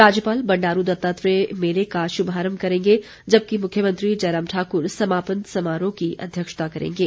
राज्यपाल बंडारू दत्तात्रेय मेले का शुभारंभ करेंगे जबकि मुख्यमंत्री जयराम ठाकुर समापन समारोह की अध्यक्षता करेंगे